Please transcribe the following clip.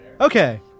Okay